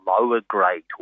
lower-grade